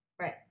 Right